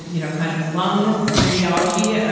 you know, kind of lung radiology, ah